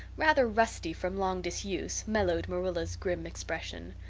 rather rusty from long disuse, mellowed marilla's grim expression.